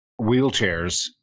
wheelchairs